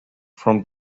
from